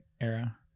Era